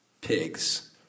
Pigs